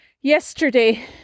yesterday